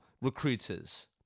recruiters